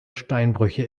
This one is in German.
steinbrüche